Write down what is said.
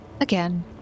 again